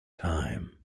time